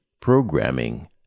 programming